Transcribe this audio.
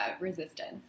resistance